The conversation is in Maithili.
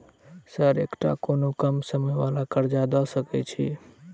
सर एकटा कोनो कम समय वला कर्जा दऽ सकै छी?